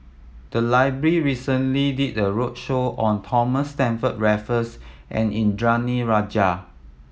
the library recently did a roadshow on Thomas Stamford Raffles and Indranee Rajah